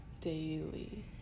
daily